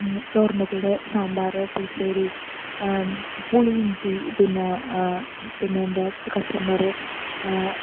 ചോറിൻ്റെ കൂടെ സാമ്പാറ് പുളിശ്ശേരി പുളി ഇഞ്ചി പിന്നെ പിന്നെന്താ അച്ചുകച്ചബറ്